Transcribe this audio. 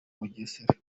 bugesera